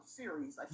series